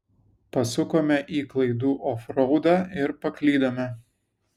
pasukome į klaidų ofraudą ir paklydome